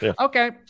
Okay